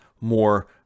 more